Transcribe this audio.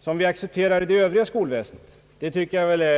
som vi accepterar inom skolväsendet i övrigt.